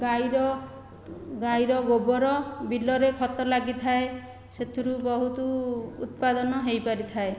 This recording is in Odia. ଗାଈର ଗାଈର ଗୋବର ବିଲରେ ଖତ ଲାଗିଥାଏ ସେଥିରୁ ବହୁତ ଉତ୍ପାଦନ ହୋଇ ପାରିଥାଏ